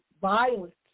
violence